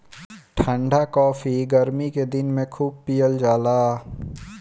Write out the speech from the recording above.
ठंडा काफी गरमी के दिन में खूब पियल जाला